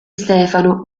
stefano